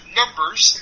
numbers